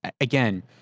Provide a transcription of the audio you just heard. Again